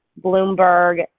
Bloomberg